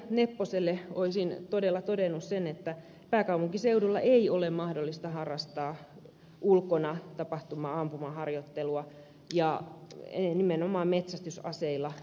nepposelle olisin todella todennut sen että pääkaupunkiseudulla ei ole mahdollista harrastaa ulkona tapahtuvaa ampumaharjoittelua ja nimenomaan metsästysaseilla